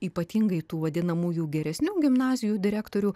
ypatingai tų vadinamųjų geresnių gimnazijų direktorių